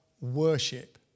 worship